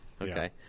Okay